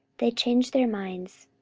they changed their minds,